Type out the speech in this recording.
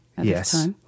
yes